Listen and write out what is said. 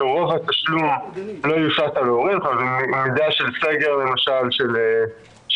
כלומר שרוב התשלום לא יושת על הורים בסגר של חודש,